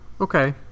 Okay